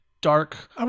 dark